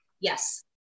Yes